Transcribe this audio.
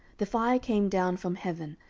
the fire came down from heaven,